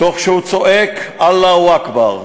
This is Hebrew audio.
תוך שהוא צועק "אללהו אכבר",